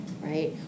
right